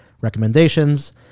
recommendations